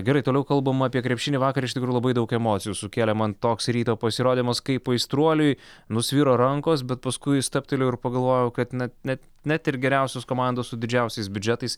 gerai toliau kalbam apie krepšinį vakar iš tikro labai daug emocijų sukėlė man toks ryto pasirodymas kaip aistruoliui nusviro rankos bet paskui stabtelėjau ir pagalvojau kad net net net ir geriausios komandos su didžiausiais biudžetais